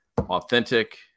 authentic